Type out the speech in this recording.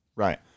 Right